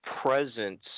presence